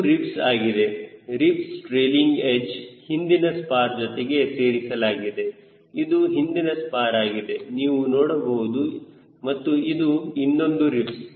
ಇದು ರಿಬ್ಸ್ ಆಗಿದೆ ribs trailing edge ಹಿಂದಿನ ಸ್ಪಾರ್ ಜೊತೆಗೆ ಸೇರಿಸಲಾಗಿದೆ ಇದು ಹಿಂದಿನ ಸ್ಪಾರ್ ಆಗಿದೆ ನೀವು ನೋಡಬಹುದು ಮತ್ತು ಇದು ಇನ್ನೊಂದು ರಿಬ್ಸ್